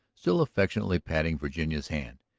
still affectionately patting virginia's hand,